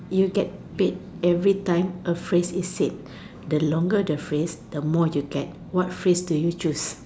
you get paid everytime a phrase is said the longer the phrase the more you get what phrase do you choose